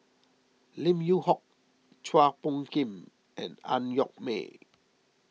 Lim Yew Hock Chua Phung Kim and Ang Yoke Mooi